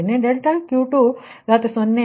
ಆದ್ದರಿಂದ 26 ರಂದು ಒಂದು 0